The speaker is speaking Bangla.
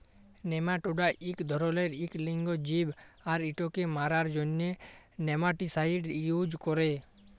নেমাটোডা ইক ধরলের ইক লিঙ্গ জীব আর ইটকে মারার জ্যনহে নেমাটিসাইড ইউজ ক্যরে